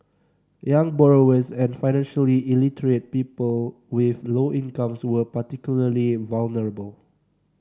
young borrowers and financially illiterate people with low incomes were particularly vulnerable